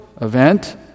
event